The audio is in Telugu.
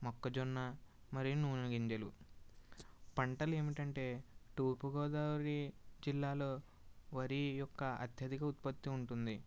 మొక్కజొన్న మరియు నూనె గింజలు పంటలేమిటంటే తూర్పుగోదావరి జిల్లాలో వరి యొక్క అత్యధిక ఉత్పత్తి ఉంటుంది